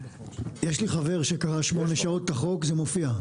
יש לי חבר שקרא שמונה שעות את החוק, זה מופיע.